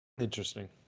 Interesting